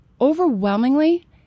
overwhelmingly